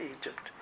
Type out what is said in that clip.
Egypt